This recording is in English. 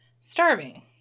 starving